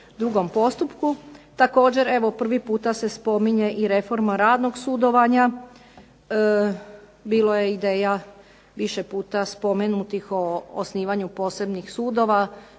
drugom postupku. Također, evo prvi puta se spominje i reforma radnog sudovanja. Bilo je ideja više puta spomenutih o osnivanju posebnih sudova.